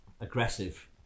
aggressive